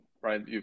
right